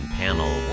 panel